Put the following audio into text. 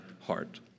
heart